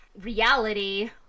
reality